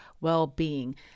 well-being